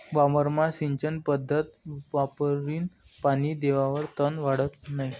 वावरमा सिंचन पध्दत वापरीन पानी देवावर तन वाढत नै